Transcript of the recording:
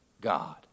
God